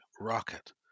rocket